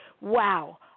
wow